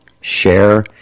Share